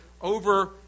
over